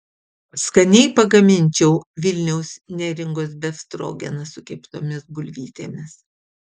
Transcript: skaniai pagaminčiau vilniaus neringos befstrogeną su keptomis bulvytėmis